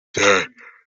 cyane